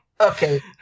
Okay